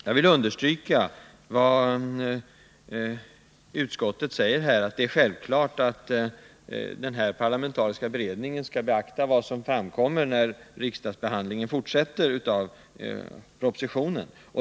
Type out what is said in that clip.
Jag vill understryka det som utskottet säger, att det är självklart att den parlamentariska beredningen skall beakta vad som kommer fram i samband med den fortsatta riksdagsbehandlingen av propositionen.